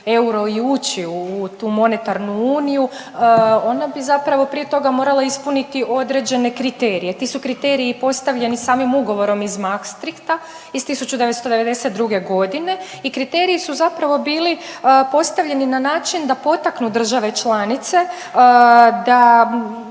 euro i ući u tu monetarnu uniju ona bi zapravo prije toga morala ispuniti određene kriterije. Ti su kriteriji postavljeni samim ugovorom iz Maastrichta iz 1992.g. i kriteriji su zapravo bili postavljeni na način da potaknu države članice, da